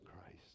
christ